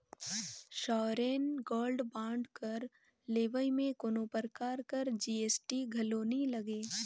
sovereign gold bond कर लेवई में कोनो परकार कर जी.एस.टी घलो नी लगे